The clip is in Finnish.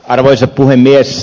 arvoisa puhemies